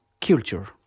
culture